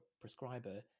prescriber